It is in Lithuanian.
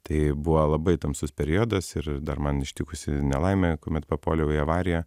tai buvo labai tamsus periodas ir dar man ištikusi nelaimė kuomet papuoliau į avariją